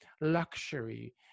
luxury